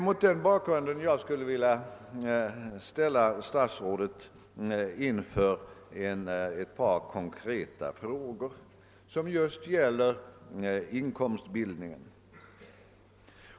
Mot den bakgrunden skulle jag vilja ställa statsrådet inför ett par konkreta frågor som gäller inkomstbildningen.